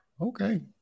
Okay